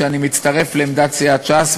שאני מצטרף לעמדת סיעת ש"ס,